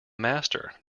master